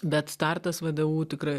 bet startas vdu tikrai